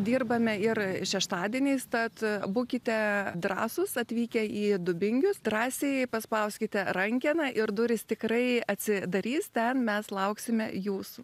dirbame ir šeštadieniais tad būkite drąsūs atvykę į dubingius drąsiai paspauskite rankeną ir durys tikrai atsidarys ten mes lauksime jūsų